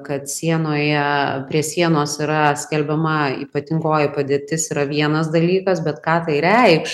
kad sienoje prie sienos yra skelbiama ypatingoji padėtis yra vienas dalykas bet ką tai reikš